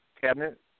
cabinet